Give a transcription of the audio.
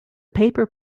paper